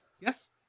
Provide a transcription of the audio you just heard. Yes